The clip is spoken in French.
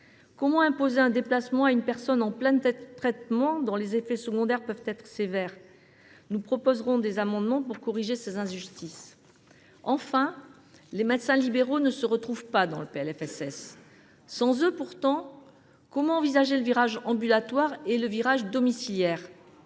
Comment imposer un déplacement à une personne en plein traitement dont les effets secondaires peuvent être sévères ? Nous proposerons des amendements pour corriger ces injustices. Enfin, les médecins libéraux ne se retrouvent pas dans ce PLFSS. Sans eux, pourtant, comment envisager le virage ambulatoire et le virage domiciliaire ?,